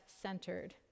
centered